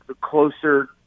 closer –